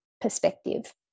perspective